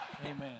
Amen